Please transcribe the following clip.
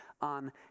on